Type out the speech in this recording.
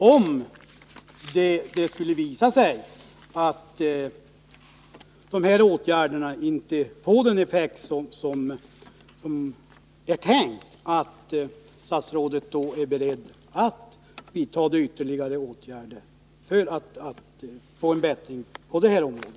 Om det skulle visa sig att de här åtgärderna inte får den effekt som vi tänkt hoppas jag att statsrådet då är beredd att vidta de ytterligare åtgärder som behövs för att få en bättring på det här området.